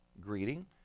greeting